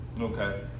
Okay